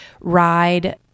ride